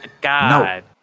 God